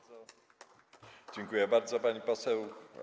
Dziękuję bardzo, pani poseł.